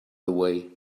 away